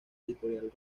editorial